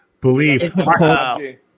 believe